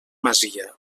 masia